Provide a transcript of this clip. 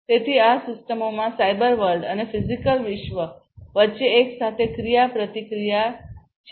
તેથી આ સિસ્ટમોમાં સાયબર વર્લ્ડ અને ફિઝિકલ વિશ્વ વચ્ચે એક સાથે ક્રિયા પ્રતિક્રિયા છે